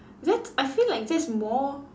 that's I feel like that's more